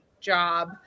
job